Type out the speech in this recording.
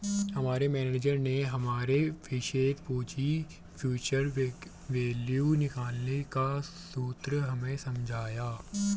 हमारे मेनेजर ने हमारे निवेशित पूंजी की फ्यूचर वैल्यू निकालने का सूत्र हमें समझाया